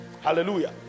Hallelujah